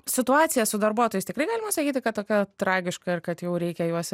situacija su darbuotojais tikrai galima sakyti kad tokia tragiška ir kad jau reikia juos